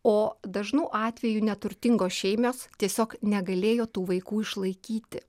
o dažnu atveju neturtingos šeimos tiesiog negalėjo tų vaikų išlaikyti